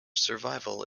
survival